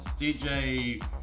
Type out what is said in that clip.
DJ